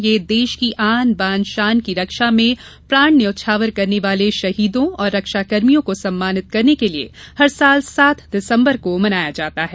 यह देश की आन बान शान की रक्षा में प्राण न्यौछावर करने वाले शहीदों और रक्षाकर्मियों को सम्मानित करने के लिए हर साल सात दिसम्बर को मनाया जाता है